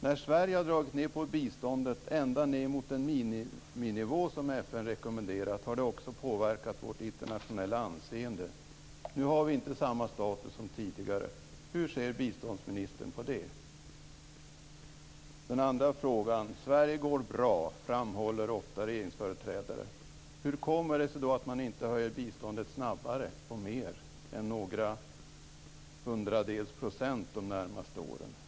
När Sverige dragit ned på biståndet ända ned mot den miniminivå som FN rekommenderat har det också påverkat vårt internationella anseende. Nu har vi inte samma status som tidigare. Hur ser biståndsministern på det? Sedan till min andra fråga. Sverige går bra, framhåller ofta regeringsföreträdare. Hur kommer det sig då att man inte höjer biståndet snabbare och mer än med några hundradels procent under de närmaste åren?